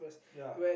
ya